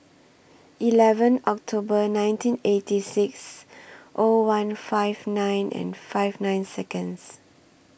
eleven October nineteen eighty six O one five nine and five nine Seconds